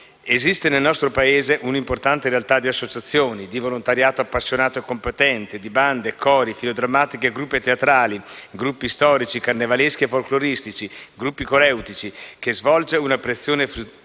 Esiste, nel nostro Paese, una importante realtà di associazioni, di volontariato appassionato e competente, di bande, cori, filodrammatiche e gruppi teatrali, gruppi storici, carnevaleschi e folkloristici, gruppi coreutici, che svolge una preziosa funzione